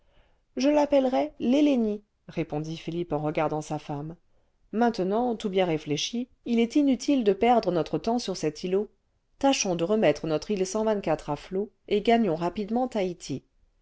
baptiser jeliappellerai i'hélénie répondit philippe en regardant sa femme maintenant tout bien réfléchi il est'inutile de perdre notre temps sur cet îlot tâchons de remettre notre îîe à flot et gagnons rapidement taiti